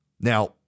Now